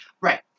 Right